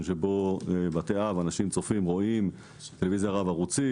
שבו אנשים צופים בטלוויזיה רב-ערוצית.